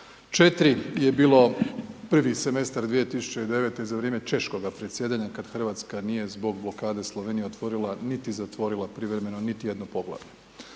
plus 4 je bilo prvi semestar 2009. za vrijeme češkoga predsjedanja kada Hrvatska nije zbog blokade Slovenije otvorila niti zatvorila privremeno niti jedno poglavlje.